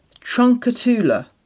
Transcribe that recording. truncatula